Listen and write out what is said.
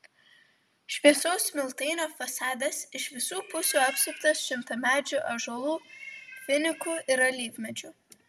šviesaus smiltainio fasadas iš visų pusių apsuptas šimtamečių ąžuolų finikų ir alyvmedžių